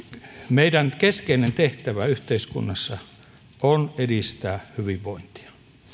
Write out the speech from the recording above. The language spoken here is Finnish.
meidän keskeinen tehtävämme yhteiskunnassa on edistää hyvinvointia